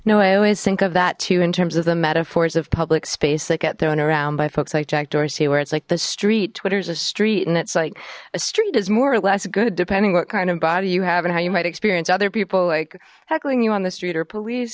no i always think of that too in terms of the metaphors of public space that get thrown around by folks like jack dorsey where it's like the street twitter's a street and it's like a street is more or less good depending what kind of body you have and how you might experience other people like heckling you on the street or police